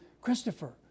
Christopher